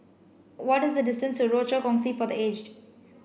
what is the distance to Rochor Kongsi for the Aged